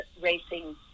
racing